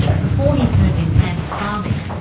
before he turned his hand to farming,